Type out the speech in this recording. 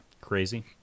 crazy